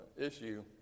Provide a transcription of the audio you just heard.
issue